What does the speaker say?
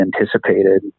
anticipated